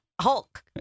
Hulk